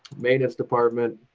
maintenance department,